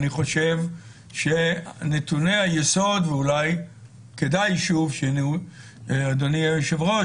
אני חושב שנתוני היסוד ואולי כדאי שוב שאדוני היושב ראש